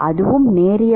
அதுவும் நேரியல்